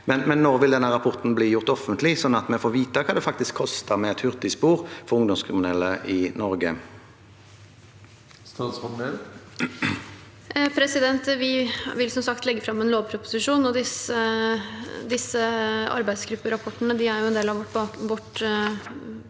Når vil denne rapporten bli gjort offentlig, så vi får vite hva det faktisk koster med et hurtigspor for ungdomskriminelle i Norge? Statsråd Emilie Mehl Vi vil som sagt leg- ge fram en lovproposisjon. Arbeidsgrupperapportene er en del av vårt